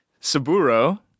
Saburo